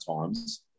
times